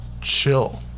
chill